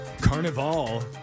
Carnival